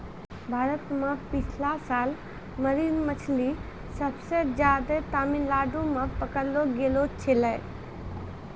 भारत मॅ पिछला साल मरीन मछली सबसे ज्यादे तमिलनाडू मॅ पकड़लो गेलो छेलै